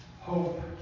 hope